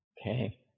Okay